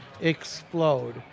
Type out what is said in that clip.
explode